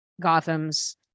gotham's